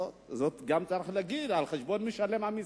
צריך להגיד את זה, על חשבון משלם המסים,